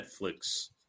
Netflix